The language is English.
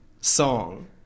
song